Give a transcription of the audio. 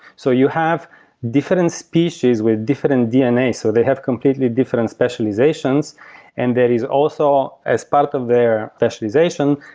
so you have different species with different dnas. so they have completely different specializations and there is also, as part of their specialization,